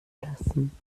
lassen